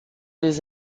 les